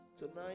Tonight